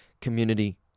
Community